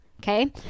Okay